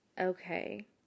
Okay